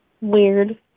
weird